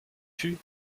put